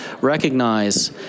recognize